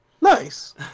nice